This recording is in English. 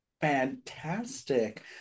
fantastic